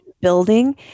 building